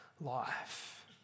life